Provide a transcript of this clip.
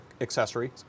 accessories